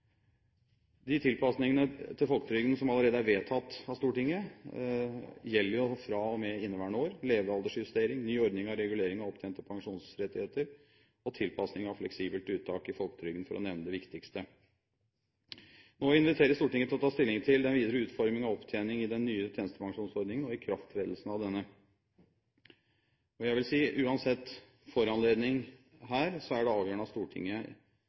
De tilpasningene til folketrygden som allerede er vedtatt av Stortinget, gjelder fra og med inneværende år. Det er levealdersjustering, ny ordning av regulering av opptjente pensjonsrettigheter og tilpasning av fleksibelt uttak i folketrygden, for å nevne det viktigste. Nå inviteres Stortinget til å ta stilling til den videre utforming av opptjening i den nye tjenestepensjonsordningen og ikrafttredelsen av denne. Jeg vil si: Uansett foranledning her er det avgjørende at Stortinget